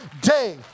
day